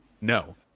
No